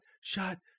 shut